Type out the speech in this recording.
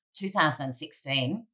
2016